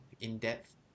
in-depth